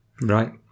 right